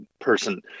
person